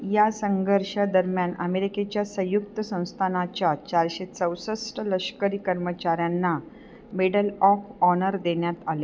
या संघर्षादरम्यान अमेरिकेच्या संयुक्त संस्थानाच्या चारशे चौसष्ट लष्करी कर्मचऱ्यांना मेडल ऑफ ऑनर देण्यात आले